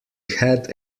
had